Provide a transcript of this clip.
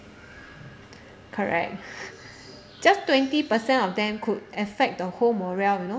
correct just twenty percent of them could affect the whole morale you know